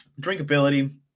Drinkability